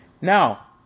Now